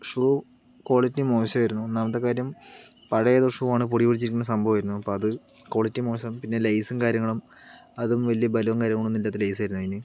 shoe quality മോശായിരുന്നു ഒന്നാമത്തെ കാര്യം പഴയ ഏതോ ഷൂവാണ് പൊടി പിടിച്ചിരുന്ന സംഭവമായിരുന്നു അപ്പൊൾ അത് ക്വാളിറ്റി മോശം പിന്നെ ലേയ്സും കാര്യങ്ങളും അതും വലിയ ബലവും കാര്യങ്ങളൊന്നും ഇല്ലാത്ത ലേയ്സ് ആയിരുന്നു അതിന്